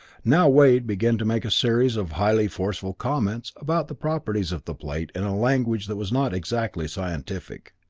now wade began to make a series of highly forceful comments about the properties of the plate in language that was not exactly scientific.